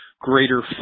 greater